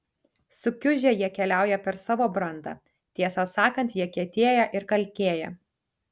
sukiužę jie keliauja per savo brandą tiesą sakant jie kietėja ir kalkėja